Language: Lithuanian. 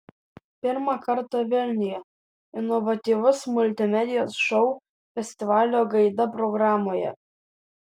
pirmą kartą vilniuje inovatyvus multimedijos šou festivalio gaida programoje